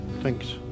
Thanks